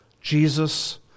Jesus